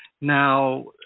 Now